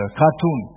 cartoon